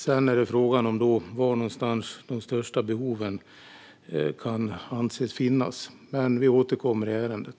Sedan är frågan var någonstans de största behoven kan anses finnas. Men vi återkommer i ärendet.